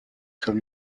comme